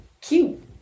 cute